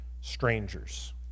strangers